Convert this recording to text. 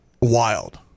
wild